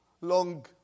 long